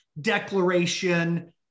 declaration